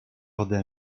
ode